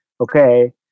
okay